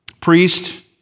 priest